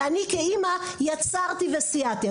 אני כאימא יצרתי וסייעתי.